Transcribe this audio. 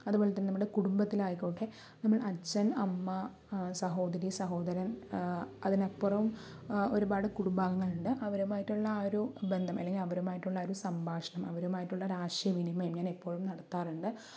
അതുപോലെ തന്നെ നമ്മുടെ കുടുംബത്തിലായിക്കോട്ടെ നമ്മൾ അച്ഛൻ അമ്മ സഹോദരി സഹോദരൻ അതിനപ്പുറം ഒരുപാട് കുടുംബാംഗങ്ങളുണ്ട് അവരുമായിട്ടുള്ള ഒരുപാട് ബന്ധം അല്ലെങ്കിൽ അവരുമായിട്ടുള്ള ഒരു സംഭാഷണം അവരുമായിട്ടുള്ള ഒരു ആശയവിനിമയം ഞാൻ എപ്പോഴും നടത്താറുണ്ട്